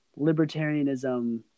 libertarianism